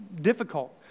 difficult